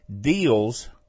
deals